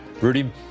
Rudy